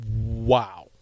wow